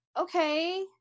okay